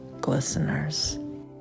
Glisteners